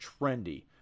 trendy